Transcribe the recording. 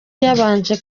yabanje